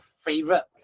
favorite